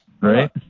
Right